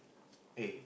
eh